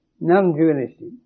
non-dualistic